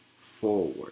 forward